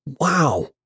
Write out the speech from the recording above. Wow